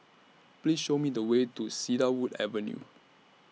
Please Show Me The Way to Cedarwood Avenue